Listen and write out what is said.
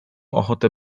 ochotę